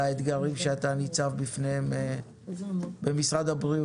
האתגרים שאתה ניצב בפניהם במשרד הבריאות.